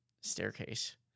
staircase